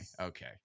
Okay